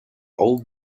old